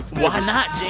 why not,